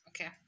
okay